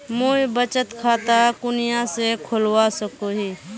मुई बचत खता कुनियाँ से खोलवा सको ही?